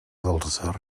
dels